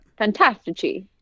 Fantastici